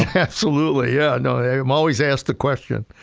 absolutely. yeah. no, i'm always asked the question.